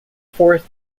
fourth